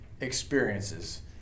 experiences